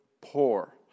Poor